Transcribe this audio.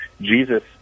Jesus